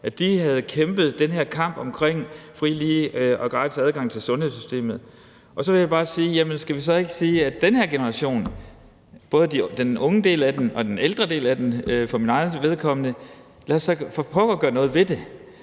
at de havde kæmpet den her kamp omkring fri, lige og gratis adgang til sundhedssystemet, og så vil jeg bare sige: Jamen skal vi så ikke sige, at den her generation – både den unge del af den og den ældre del af den, for mit eget vedkommende – da for pokker skal gøre noget ved det?